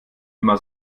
immer